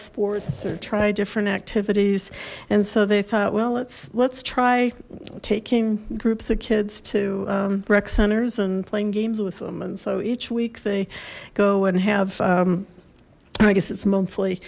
sports or try different activities and so they thought well let's let's try taking groups of kids to rec centers and playing games with them and so each week they go and have i guess its monthly